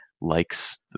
likes